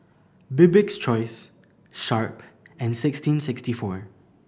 Bibik's Choice Sharp and sixteen sixty four